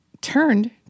turned